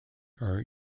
are